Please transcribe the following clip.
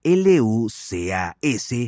lucas